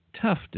tough